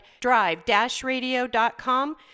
drive-radio.com